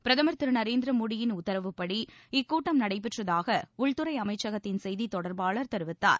பிரதமர் திரு நரேந்திர மோடியின் உத்தரவுப்படி இக்கூட்டம் நடைபெற்றதாக உள்துறை அமைச்சகத்தின் செய்தித்தொடர்பாளர் தெரிவித்தார்